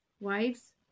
Wives